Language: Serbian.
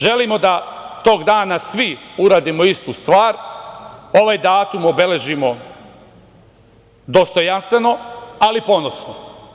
Želimo da tog dana svi uradimo istu stvar, ovaj datum obeležimo dostojanstveno, ali ponosno.